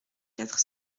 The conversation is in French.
quatre